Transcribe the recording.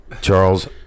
Charles